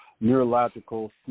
neurological